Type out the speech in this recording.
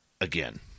Again